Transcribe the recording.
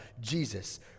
Jesus